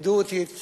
לימדו אותי את